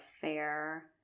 fair